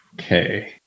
Okay